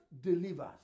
delivers